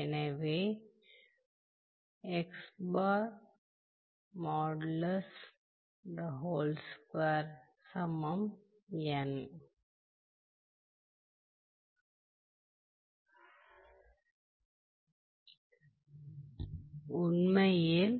எனவே உண்மையில்